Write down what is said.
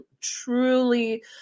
truly